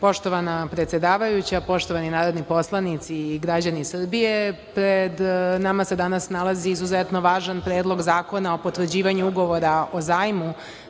Poštovana predsedavajuća, poštovani narodni poslanici i građani Srbije, pred nama se danas nalazi izuzetno važan Predlog zakona o potvrđivanju ugovora o zajmu